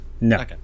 No